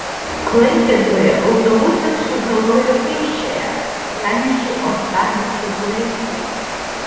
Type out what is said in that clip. klaipėdoje autobusas sužalojo pėsčiąją pranešė uostamiesčio policija